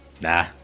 Nah